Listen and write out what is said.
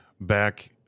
back